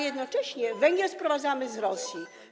Jednocześnie węgiel sprowadzamy z Rosji.